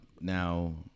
now